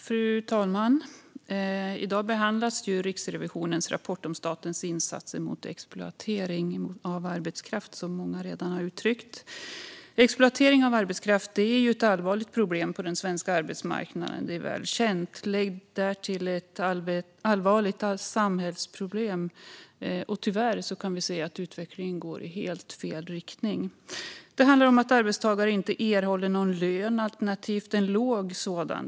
Fru talman! I dag behandlas som sagt Riksrevisionens rapport om statens insatser mot exploatering av arbetskraft. Exploatering av arbetskraft är ett allvarligt och välkänt problem på den svenska arbetsmarknaden och därtill ett allvarligt samhällsproblem, och tyvärr går utvecklingen i helt fel riktning. Det handlar om att arbetstagare inte erhåller någon lön alternativt en låg sådan.